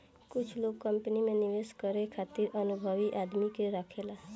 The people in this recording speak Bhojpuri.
कुछ लोग कंपनी में निवेश करे खातिर अनुभवी आदमी के राखेले